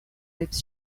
lips